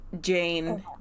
Jane